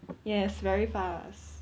yes very fast